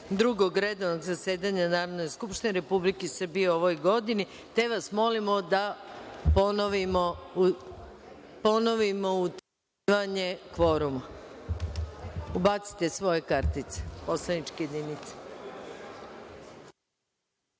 Drugog redovnog zasedanja Narodne skupštine Republike Srbije u ovoj godini, te vas molimo da ponovimo utvrđivanje kvoruma. Ubacite svoje kartice u poslaničke